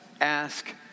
Ask